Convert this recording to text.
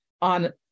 on